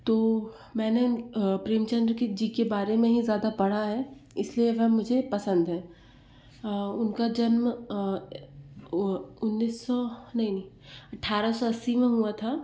तो मैंने प्रेमचंद्र की जी के बारे में ही ज़्यादा पढ़ा है इसलिए वह मुझे पसंद हैं उनका जन्म उन्नीस सौ नहीं नहीं अठारह सौ अस्सी में हुआ था